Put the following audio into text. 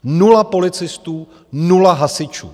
Nula policistů, nula hasičů.